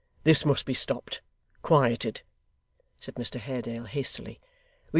this must be stopped quieted said mr haredale, hastily.